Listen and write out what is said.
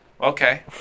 okay